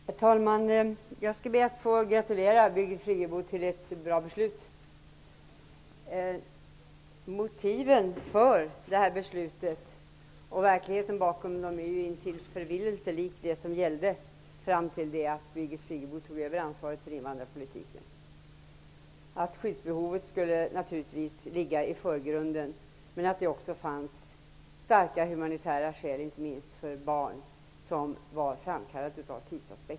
Herr talman! Jag skall be att få gratulera Birgit Friggebo till ett bra beslut. Motivet för det här beslutet och verkligheten bakom det är intill förvillelse lika det som gällde fram till det att Birgit Skyddsbehovet skulle naturligtvis ligga i förgrunden. Men det fanns också starka humanitära skäl -- inte minst för barn -- som var framkallade av tidsaspekten.